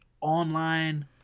online